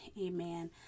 Amen